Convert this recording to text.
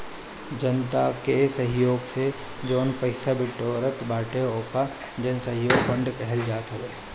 जनता के सहयोग से जवन पईसा बिटोरात बाटे ओके जनसहयोग फंड कहल जात हवे